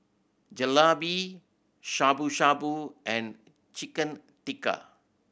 Jalebi Shabu Shabu and Chicken Tikka